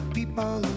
People